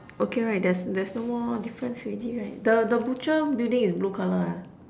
okay right there's there's no more difference already right the the butcher building is blue colour ah